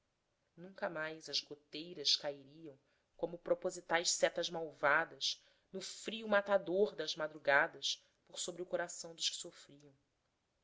nunca mais as goteiras cairiam como propositais setas malvadas no frio matador das madrugadas por sobre o coração dos que sofriam